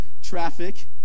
traffic